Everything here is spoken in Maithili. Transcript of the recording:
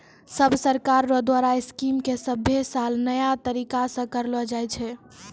सब सरकार रो द्वारा स्कीम के सभे साल नया तरीकासे करलो जाए छै